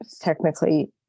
technically